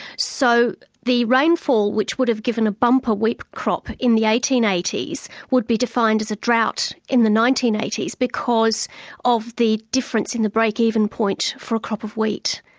so the rainfall which would have given a bumper wheat crop in the eighteen eighty s would be defined as a drought in the nineteen eighty s because of the difference in the break-even point for a crop of wheat.